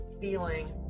feeling